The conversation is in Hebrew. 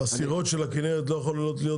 הסירות של הכנרת לא יכולות להיות בים?